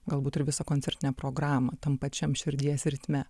galbūt ir visą koncertinę programą tam pačiam širdies ritme